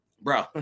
Bro